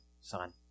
son